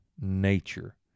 nature